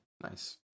Nice